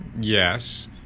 Yes